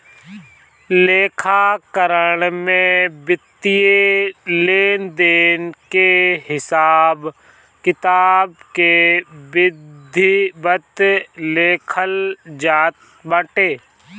लेखाकरण में वित्तीय लेनदेन के हिसाब किताब के विधिवत लिखल जात बाटे